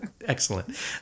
Excellent